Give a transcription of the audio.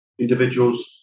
Individuals